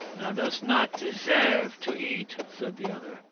thou dost not deserve to eat, said the other.